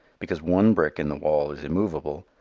because one brick in the wall is immovable,